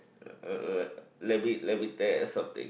err let me let me tell ya something